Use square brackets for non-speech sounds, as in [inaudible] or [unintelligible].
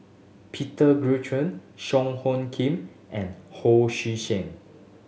Peter [unintelligible] Song Hoon Kim and Ho Sui Sen